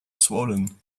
swollen